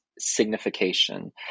Signification